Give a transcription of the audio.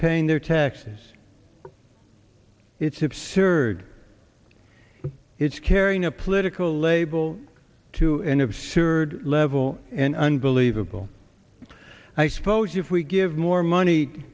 paying their taxes it's absurd it's carrying a political label to an absurd level and unbelievable i suppose if we give mo